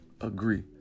agree